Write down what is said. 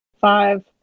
Five